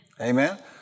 Amen